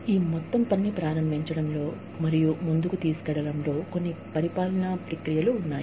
ఈ మొత్తం పనిని ప్రారంభించడానికి మరియు ముందుకు తీసుకెళ్లడానికి కొన్ని పరిపాలనా ప్రక్రియలు ఉన్నాయి